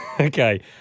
Okay